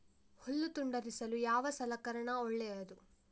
ಹುಲ್ಲು ತುಂಡರಿಸಲು ಯಾವ ಸಲಕರಣ ಒಳ್ಳೆಯದು?